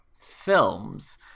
films